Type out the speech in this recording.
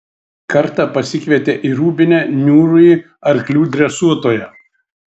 kartą pasikvietė į rūbinę niūrųjį arklių dresuotoją